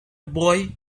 boy